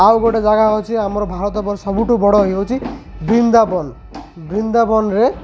ଆଉ ଗୋଟେ ଜାଗା ହେଉଛି ଆମର ଭାରତ ବର୍ଷ ସବୁଠୁ ବଡ଼ ହେଉଛି ବୃନ୍ଦାବନ ବୃନ୍ଦାବନରେ